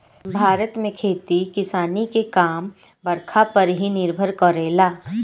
भारत में खेती किसानी के काम बरखा पर ही निर्भर करेला